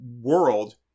world